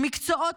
מקצועות,